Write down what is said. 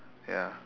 ya